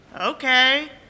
Okay